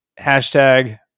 hashtag